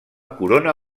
corona